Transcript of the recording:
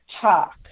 talk